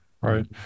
right